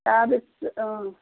তাৰপিছত অঁ